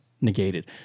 negated